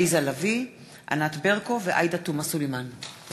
עליזה לביא, ענת ברקו ועאידה תומא סלימאן בנושא: